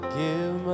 give